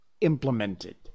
implemented